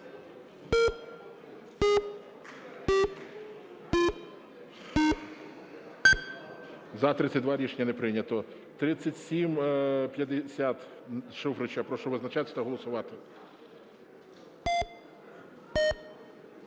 За-32 Рішення не прийнято. 3756. Прошу визначатися та голосувати.